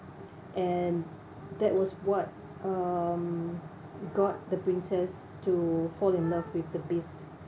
and that was what um got the princess to fall in love with the beast